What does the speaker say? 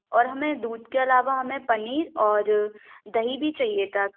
और हमें दूध के अलावा हमें पनीर और दही भी चाहिए था